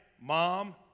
Mom